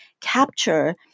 capture